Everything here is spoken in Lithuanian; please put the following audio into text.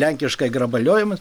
lenkiškai grabaliojam